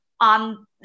on